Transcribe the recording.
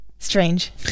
Strange